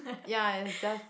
ya it's just